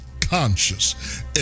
conscious